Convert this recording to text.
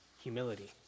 humility